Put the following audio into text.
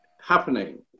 happening